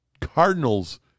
Cardinals